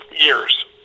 years